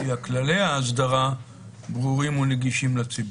כללי האסדרה ברורים ונגישים לציבור.